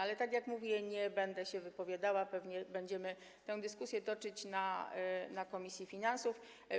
Ale, tak jak mówię, nie będę się teraz wypowiadała, pewnie będziemy tę dyskusję toczyć w komisji finansów.